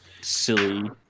Silly